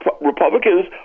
Republicans